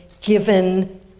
given